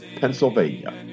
Pennsylvania